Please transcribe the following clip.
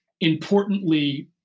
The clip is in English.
importantly